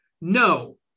no